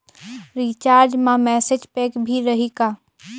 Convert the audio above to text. Recharge मा message pack भी रही का?